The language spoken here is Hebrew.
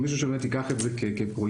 מישהו שבאמת ייקח את זה כפרויקט,